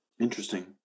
Interesting